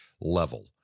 level